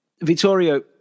Vittorio